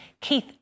Keith